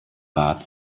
rat